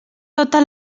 tota